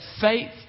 faith